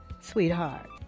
sweetheart